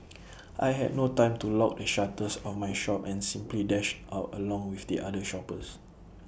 I had no time to lock the shutters of my shop and simply dashed out along with the other shoppers